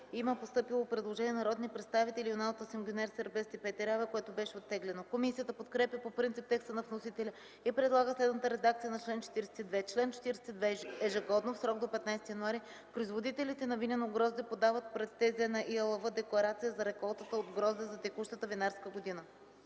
има постъпило предложение от народните рпедставители Юнал Тасим, Гюнер Сербест и Петя Раева, което беше оттеглено. Комисията подкрепя по принцип текста на вносителя и предлага следната редакця на чл. 42: „Чл. 42. Ежегодно в срок до 15 януари производителите на винено грозде подават пред ТЗ на ИАЛВ декларация за реколтата от грозде за текущата винарска година.”